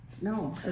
No